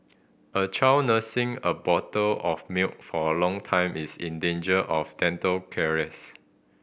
a child nursing a bottle of milk for a long time is in danger of dental caries